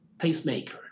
pacemaker